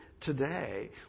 today